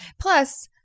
Plus